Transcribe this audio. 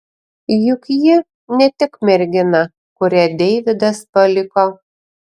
juk ji ne tik mergina kurią deividas paliko